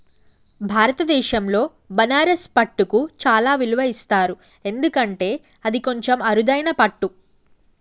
భారతదేశంలో బనారస్ పట్టుకు చాలా విలువ ఇస్తారు ఎందుకంటే అది కొంచెం అరుదైన పట్టు